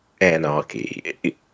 Anarchy